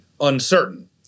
uncertain